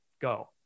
go